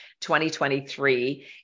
2023